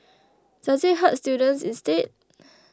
does it hurt students instead